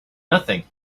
nothing